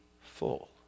full